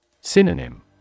Synonym